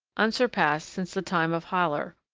unsurpassed since the time of haller,